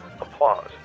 applause